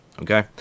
Okay